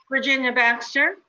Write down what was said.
virginia baxter.